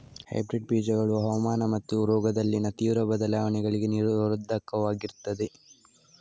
hybrid ಬೀಜಗಳು ಹವಾಮಾನ ಮತ್ತು ರೋಗದಲ್ಲಿನ ತೀವ್ರ ಬದಲಾವಣೆಗಳಿಗೆ ನಿರೋಧಕವಾಗಿರ್ತದೆ